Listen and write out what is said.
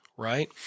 Right